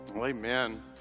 Amen